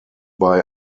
bei